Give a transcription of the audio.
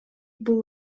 бул